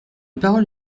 parole